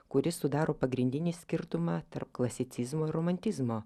kuris sudaro pagrindinį skirtumą tarp klasicizmo ir romantizmo